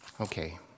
Okay